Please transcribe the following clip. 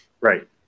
Right